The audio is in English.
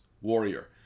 warrior